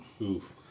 Oof